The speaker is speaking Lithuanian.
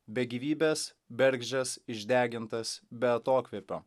be gyvybės bergždžias išdegintas be atokvėpio